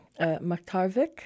Maktarvik